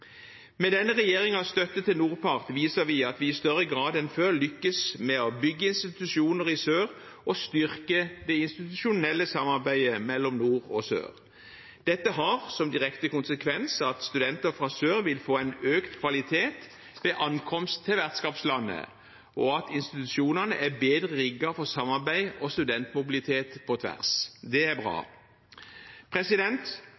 Med denne regjeringens støtte til NORPART viser vi at vi i større grad enn før lykkes med å bygge institusjoner i sør og styrke det institusjonelle samarbeidet mellom nord og sør. Dette har som direkte konsekvens at studenter fra sør vil få en økt kvalitet ved ankomst til vertskapslandet, og at institusjonene er bedre rigget for samarbeid og studentmobilitet på tvers. Det er bra.